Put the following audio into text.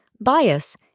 bias